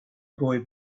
boy